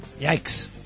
Yikes